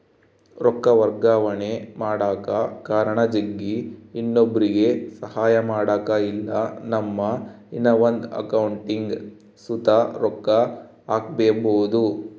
ರೊಕ್ಕ ವರ್ಗಾವಣೆ ಮಾಡಕ ಕಾರಣ ಜಗ್ಗಿ, ಇನ್ನೊಬ್ರುಗೆ ಸಹಾಯ ಮಾಡಕ ಇಲ್ಲಾ ನಮ್ಮ ಇನವಂದ್ ಅಕೌಂಟಿಗ್ ಸುತ ರೊಕ್ಕ ಹಾಕ್ಕ್ಯಬೋದು